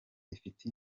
ifite